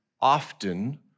often